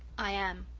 i am.